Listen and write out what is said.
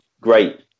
great